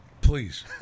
please